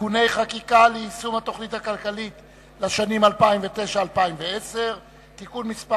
(תיקוני חקיקה ליישום התוכנית הכלכלית לשנים 2009 ו-2010) (תיקון מס'